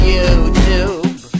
YouTube